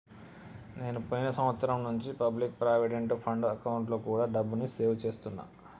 నేను పోయిన సంవత్సరం నుంచి పబ్లిక్ ప్రావిడెంట్ ఫండ్ అకౌంట్లో కూడా డబ్బుని సేవ్ చేస్తున్నా